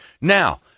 Now